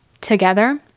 together